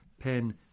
pen